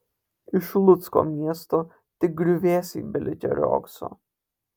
iš lucko miesto tik griuvėsiai belikę riogso